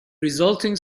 resulting